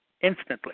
instantly